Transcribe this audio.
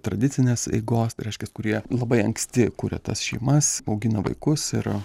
tradicinės eigos tai reiškias kurie labai anksti kuria tas šeimas augina vaikus ir